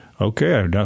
okay